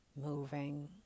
moving